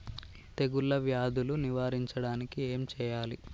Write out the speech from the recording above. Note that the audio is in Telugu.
తెగుళ్ళ వ్యాధులు నివారించడానికి ఏం చేయాలి?